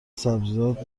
سبزیجات